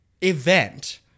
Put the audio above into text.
event